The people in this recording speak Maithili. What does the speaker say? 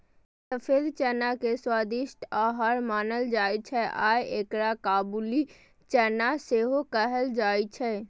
सफेद चना के स्वादिष्ट आहार मानल जाइ छै आ एकरा काबुली चना सेहो कहल जाइ छै